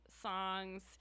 songs